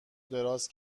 دراز